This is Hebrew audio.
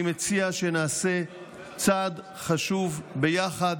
אני מציע שנעשה צעד חשוב ביחד.